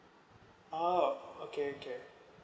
oh okay okay